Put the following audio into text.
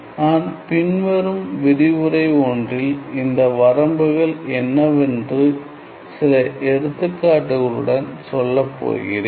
நான் பின்வரும் விரிவுரை ஒன்றில் இந்த வரம்புகள் என்னவென்று சில எடுத்துக்காட்டுகளுடன் சொல்லப்போகிறேன்